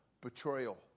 Betrayal